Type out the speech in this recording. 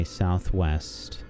southwest